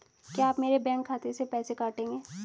क्या आप मेरे बैंक खाते से पैसे काटेंगे?